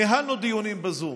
ניהלנו דיונים,